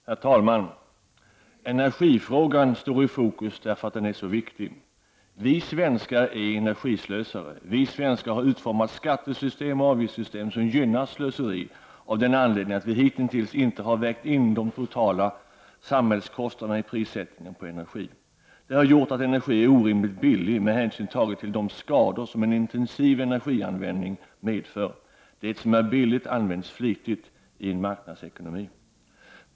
Herr talman! Energifrågan står i fokus eftersom den är så viktig. Vi svenskar är energislösare. Vi svenskar har utformat skatteoch avgiftssystem som gynnar slöseri av den anledningen att vi hitintills inte har vägt in de totala samhällskostnaderna i prissättningen av energi. Det har gjort att energi är orimligt billig med hänsyn tagen till de skador som en intensiv energianvändning medför. Det som är billigt används flitigt i en marknadsekonomi.